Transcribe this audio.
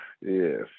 Yes